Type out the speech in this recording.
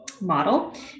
model